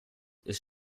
ist